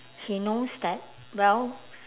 he knows that well